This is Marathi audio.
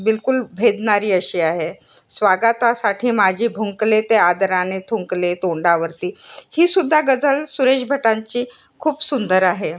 बिलकुल भेदणारी अशी आहे स्वागतासाठी माझी भुंकले ते आदराने थुंकले तोंडावरती हीसुद्धा गझल सुरेश भटांची खूप सुंदर आहे